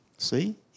See